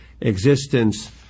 existence